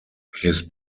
his